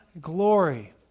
glory